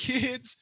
kids